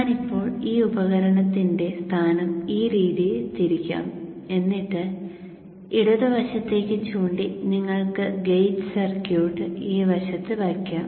ഞാൻ ഇപ്പോൾ ഈ ഉപകരണത്തിന്റെ സ്ഥാനം ഈ രീതിയിൽ തിരിക്കാം എന്നിട്ട് ഇടതുവശത്തേക്ക് ചൂണ്ടി നിങ്ങൾക്ക് ഗേറ്റ് സർക്യൂട്ട് ഈ വശത്ത് വയ്ക്കാം